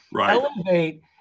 Elevate